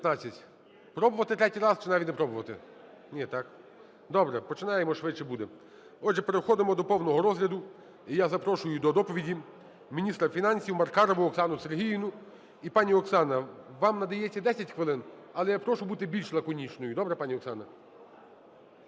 Добре, пані Оксано?